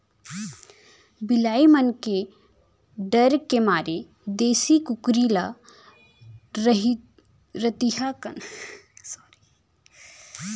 बिलाई मन के डर के मारे देसी कुकरी ल रतिहा कन खुल्ला नइ छोड़े जाए